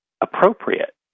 appropriate